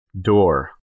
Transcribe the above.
door